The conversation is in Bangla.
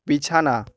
বিছানা